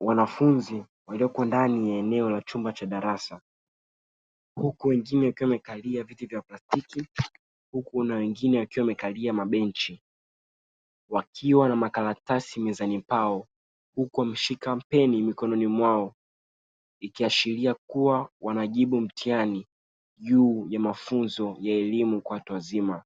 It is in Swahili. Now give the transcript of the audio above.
Wanafunzi walioko ndani ya eneo la chumba cha darasa, huku wengine wakiwa wamekalia viti vya plastiki, huku na wengine wakiwa wamekalia mabenchi, wakiwa na makaratasi mezani kwao, huku wameshika peni mikononi mwao, ikiashiria kuwa wanajibu mtihani juu ya mafunzo ya elimu kwa watu wazima,